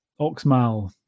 Oxmal